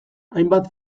hainbat